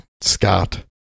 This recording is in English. Scott